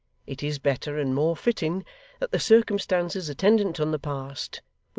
it is better and more fitting that the circumstances attendant on the past,